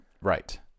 Right